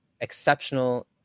exceptional